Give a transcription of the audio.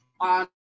on